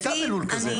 היא הייתה בלול כזה.